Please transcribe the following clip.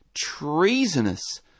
treasonous